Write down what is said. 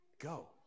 Go